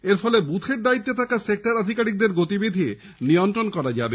এরফলে বুথের দায়িত্বে থাকা সেক্টর আধিকারিকদের গতিবিধি নিয়ন্ত্রন করা যাবে